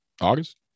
august